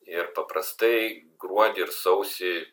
ir paprastai gruodį ir sausį